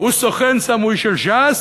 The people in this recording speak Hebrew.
הוא סוכן סמוי של ש"ס?